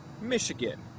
Michigan